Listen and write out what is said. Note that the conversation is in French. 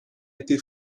été